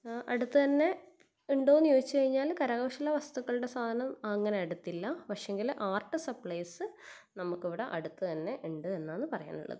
അടുത്ത് തന്നെ ഉണ്ടോയെന്നു ചോദിച്ചു കഴിഞ്ഞാൽ കരകൗശല വസ്തുക്കളുടെ സാധനം അങ്ങനെ അടുത്തില്ല പക്ഷെ എങ്കില് ആർട്ട് സപ്ലൈസ് നമുക്ക് ഇവിടെ അടുത്ത് തന്നെ ഉണ്ട് എന്നാണ് പറയാനുള്ളത്